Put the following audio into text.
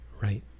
right